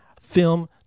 film